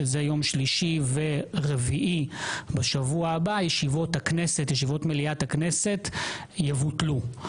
שזה יום שלישי ויום רביעי בשבוע הבא ישיבות מליאת הכנסת יבוטלו.